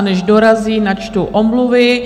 Než dorazí, načtu omluvy.